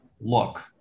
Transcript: look